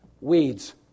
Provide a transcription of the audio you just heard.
Weeds